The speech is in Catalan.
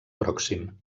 pròxim